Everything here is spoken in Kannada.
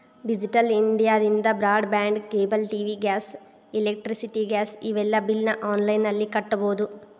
ಡಿಜಿಟಲ್ ಇಂಡಿಯಾದಿಂದ broadband cable TV gas electricity gas ಇವೆಲ್ಲಾ ಬಿಲ್ನ ಆನ್ಲೈನ್ ನಲ್ಲಿ ಕಟ್ಟಬೊದು